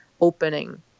opening